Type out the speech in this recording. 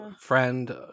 friend